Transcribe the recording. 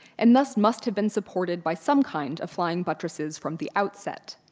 and thus, must have been supported by some kind of flying buttresses from the outset.